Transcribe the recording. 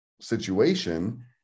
situation